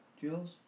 Jules